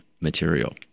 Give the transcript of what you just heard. material